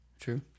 true